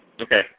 Okay